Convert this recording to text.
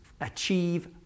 achieve